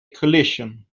collision